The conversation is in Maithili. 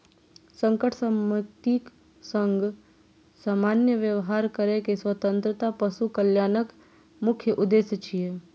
संकट सं मुक्तिक संग सामान्य व्यवहार करै के स्वतंत्रता पशु कल्याणक मुख्य उद्देश्य छियै